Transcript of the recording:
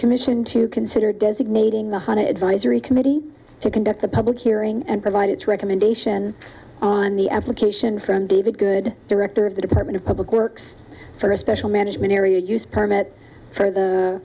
commission to consider designating the hundred my jury committee to conduct the public hearing and provide its recommendation on the application from david good director of the department of public works for a special management area use permit for the